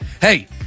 Hey